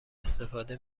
استفاده